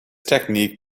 technique